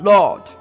Lord